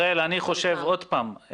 אני חושב, הראל,